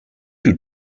you